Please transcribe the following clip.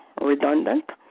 redundant